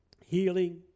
healing